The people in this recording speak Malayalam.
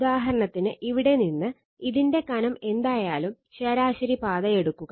ഉദാഹരണത്തിന് ഇവിടെ നിന്ന് ഇതിന്റെ കനം എന്തായാലും ശരാശരി പാത എടുക്കുക